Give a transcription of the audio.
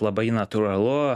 labai natūralu